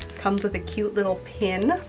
comes with a cute little pin.